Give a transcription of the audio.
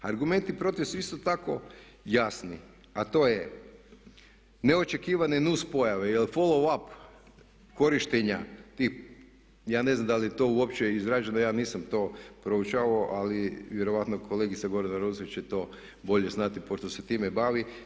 Argumenti protiv svi su tako jasni a to je neočekivane nuspojave jer follow up korištenja tih, ja ne znam da li je to uopće izraženo, ja vam nisam to proučavao ali vjerojatno kolegica Gordana Rusak će to bolje znati pošto se time bavi.